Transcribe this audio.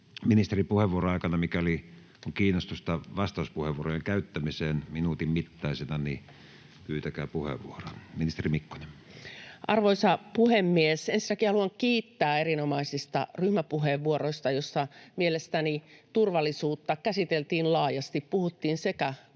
ministerin puheenvuoron aikana, mikäli on kiinnostusta vastauspuheenvuorojen käyttämiseen minuutin mittaisena, pyytäkää puheenvuoroa. — Ministeri Mikkonen. Arvoisa puhemies! Ensinnäkin haluan kiittää erinomaisista ryhmäpuheenvuoroista, joissa mielestäni turvallisuutta käsiteltiin laajasti: puhuttiin